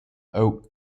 oak